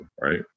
right